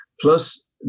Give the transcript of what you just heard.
Plus